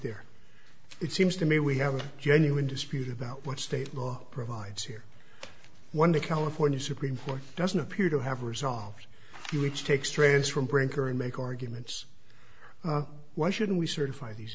there it seems to me we have a genuine dispute about what state law provides here when the california supreme court doesn't appear to have resolved which take strays from brinker and make arguments why shouldn't we certify these